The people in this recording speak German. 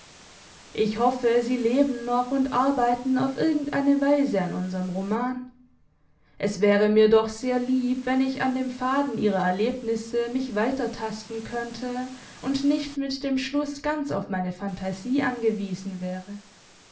ich hoffe sie leben noch und arbeiten auf irgend eine weise an unserm roman es wäre mir doch sehr lieb wenn ich an dem faden ihrer erlebnisse mich weitertasten könnte und nicht mit dem schluss ganz auf meine phantasie angewiesen wäre